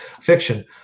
fiction